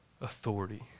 authority